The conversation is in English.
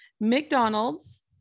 McDonald's